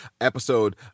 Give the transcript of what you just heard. Episode